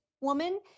woman